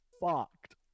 fucked